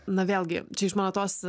na vėlgi čia iš mano tos